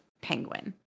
Penguin